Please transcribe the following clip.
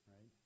right